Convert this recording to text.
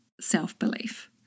self-belief